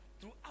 throughout